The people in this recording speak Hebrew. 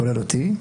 כולל אותי.